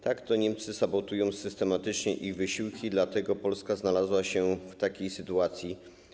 Tak, to Niemcy sabotują systematycznie ich wysiłki, dlatego Polska znalazła się w takiej sytuacji.